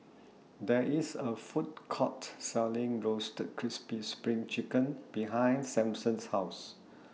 There IS A Food Court Selling Roasted Crispy SPRING Chicken behind Simpson's House